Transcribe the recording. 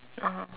(uh huh)